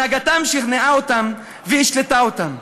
הנהגתם שכנעה אותם והשלתה אותם.